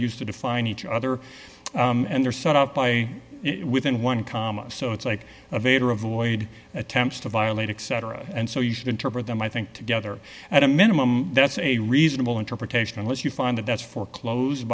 used to define each other and they're set up by within one comma so it's like vader avoid attempts to violate except and so you should interpret them i think together at a minimum that's a reasonable interpretation unless you find that that's foreclosed